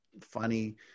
funny